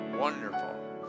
wonderful